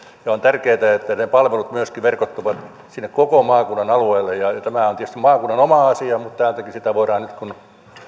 on tärkeätä että ne palvelut myöskin verkottuvat sinne koko maakunnan alueelle tämä on tietysti maakunnan oma asia mutta täältäkin sitä voidaan nyt kun